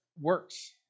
works